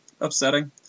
upsetting